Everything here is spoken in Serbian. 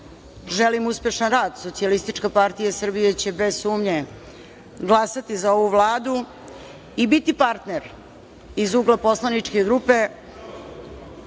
želim uspešan rad. Socijalistička partija Srbije će bez sumnje glasati za ovu Vladu i biti partner iz ugla poslaničke grupe,